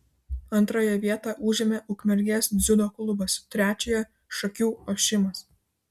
antrąją vietą užėmė ukmergės dziudo klubas trečiąją šakių ošimas